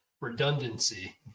Redundancy